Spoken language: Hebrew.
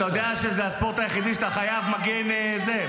אתה יודע שזה הספורט היחיד שאתה חייב מגן לזה,